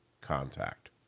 contact